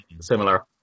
similar